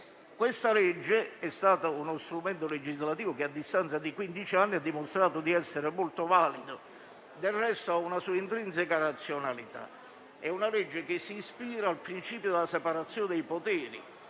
trattato di uno strumento legislativo che, a distanza di quindici anni, ha dimostrato di essere molto valido, del resto ha una sua intrinseca razionalità. Si tratta di una legge che si ispira al principio della separazione dei poteri,